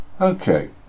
Okay